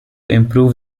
improve